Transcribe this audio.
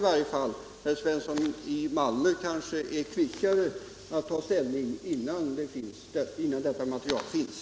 Herr Svensson i Malmö kanske är kvickare att ta ställning innan detta material finns.